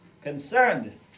concerned